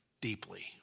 deeply